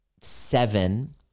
seven